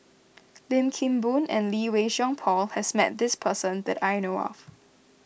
Lim Kim Boon and Lee Wei Song Paul has met this person that I know of